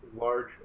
large